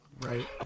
Right